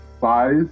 size